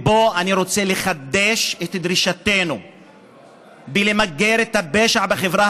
ופה אני רוצה לחדש את דרישתנו למגר את הפשע בחברה